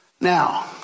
Now